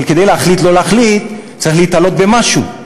אבל כדי להחליט לא להחליט צריך להיתלות במשהו,